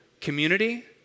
community